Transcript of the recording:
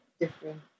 different